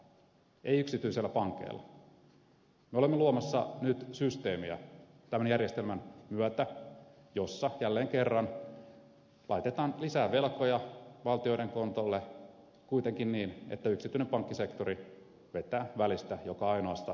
me olemme luomassa nyt tämän järjestelmän myötä systeemiä jossa jälleen kerran laitetaan lisää velkoja valtioiden kontolle kuitenkin niin että yksityinen pankkisektori vetää välistä joka ainoasta eurosta